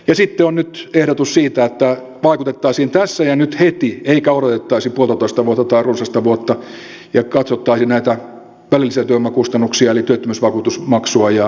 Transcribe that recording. ja sitten on nyt ehdotus siitä että vaikutettaisiin tässä ja nyt heti eikä odotettaisi puoltatoista vuotta tai runsasta vuotta ja katsottaisiin näitä välillisiä työvoimakustannuksia eli työttömyysvakuutusmaksua ja työeläkemaksua